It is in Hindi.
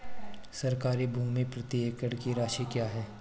सरकारी भूमि प्रति एकड़ की राशि क्या है?